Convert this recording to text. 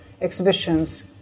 exhibitions